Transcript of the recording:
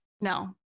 No